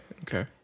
okay